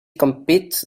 competes